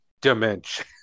dementia